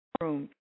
room